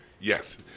Yes